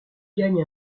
gagne